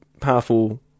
powerful